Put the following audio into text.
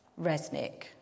Resnick